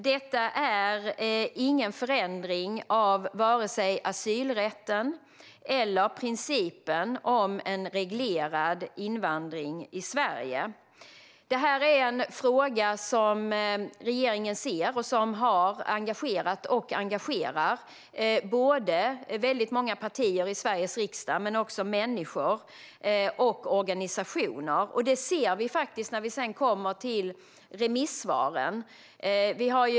Detta är ingen förändring av vare sig asylrätten eller principen om en reglerad invandring i Sverige. Detta är en fråga som regeringen ser och som har engagerat och engagerar många partier i Sveriges riksdag men också människor och organisationer. Detta ser vi i remissvaren.